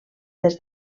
des